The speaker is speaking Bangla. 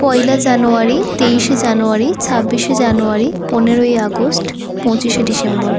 পয়লা জানুয়ারি তেইশে জানুয়ারি ছাব্বিশে জানুয়ারি পনেরোই আগস্ট পঁচিশে ডিসেম্বর